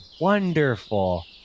wonderful